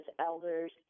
elders